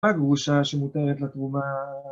הגרושה שמותרת לתרומה